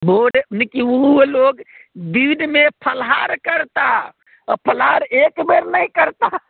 दिनमे फलाहार करता आ फलाहार एक बेर नहि करताह